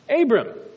Abram